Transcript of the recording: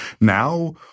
now